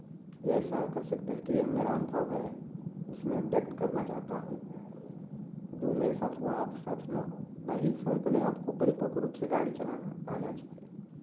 या ऐसा कह सकते हैं कि यह मेरा अनुभव है जिसे मैं व्यक्त करना चाहता हूँ जो मेरे साथ हुआ आपके साथ ना हो बाँकी के समय पहले आपको परिपक्व रूप से गाड़ी चलाना आना चाहिए